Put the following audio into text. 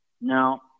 Now